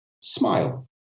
smile